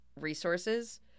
resources